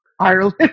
Ireland